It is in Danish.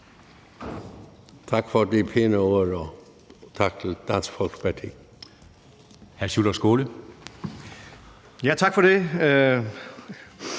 Tak for de pæne ord, og tak til Dansk Folkeparti.